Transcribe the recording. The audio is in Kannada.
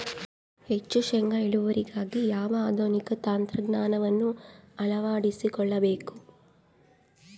ಹೆಚ್ಚು ಶೇಂಗಾ ಇಳುವರಿಗಾಗಿ ಯಾವ ಆಧುನಿಕ ತಂತ್ರಜ್ಞಾನವನ್ನು ಅಳವಡಿಸಿಕೊಳ್ಳಬೇಕು?